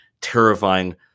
terrifying